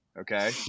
Okay